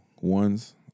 ones